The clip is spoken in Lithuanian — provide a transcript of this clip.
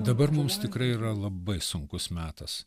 dabar mums tikrai yra labai sunkus metas